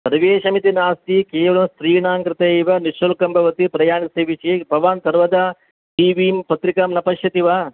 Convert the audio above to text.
सर्वेषामिति नास्ति केवलं स्त्रीणां कृते एव निःशुल्कं भवति प्रयाणस्य विषये भवान् सर्वदा टीवीं पत्रिकां न पश्यति वा